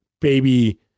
baby